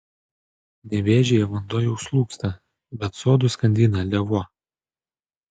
nevėžyje vanduo jau slūgsta bet sodus skandina lėvuo